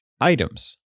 items